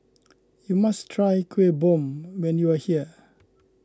you must try Kuih Bom when you are here